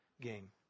game